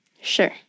Sure